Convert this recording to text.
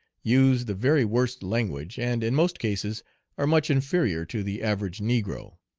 use the very worst language, and in most cases are much inferior to the average negro.